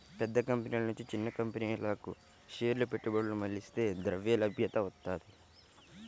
పెద్ద కంపెనీల నుంచి చిన్న కంపెనీలకు షేర్ల పెట్టుబడులు మళ్లిస్తే ద్రవ్యలభ్యత వత్తది